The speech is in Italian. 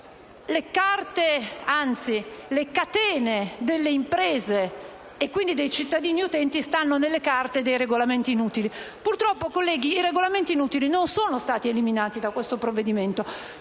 le catene delle imprese e quindi dei cittadini utenti stanno nelle carte dei regolamenti inutili. Purtroppo, colleghi, i regolamenti inutili non sono stati eliminati da questo provvedimento.